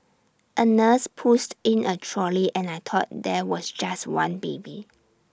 A nurse pushed in A trolley and I thought there was just one baby